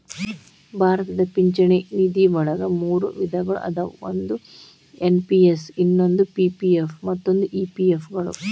ಭಾರತದ ಪಿಂಚಣಿ ನಿಧಿವಳಗ ಮೂರು ವಿಧಗಳ ಅದಾವ ಒಂದು ಎನ್.ಪಿ.ಎಸ್ ಇನ್ನೊಂದು ಪಿ.ಪಿ.ಎಫ್ ಮತ್ತ ಇ.ಪಿ.ಎಫ್ ಗಳು